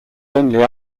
only